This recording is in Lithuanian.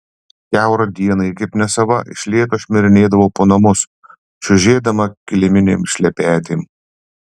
kiaurą dieną ji kaip nesava iš lėto šmirinėdavo po namus čiužėdama kiliminėm šlepetėm